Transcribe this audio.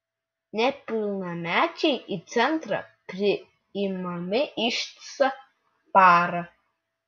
nepilnamečiai į centrą priimami ištisą parą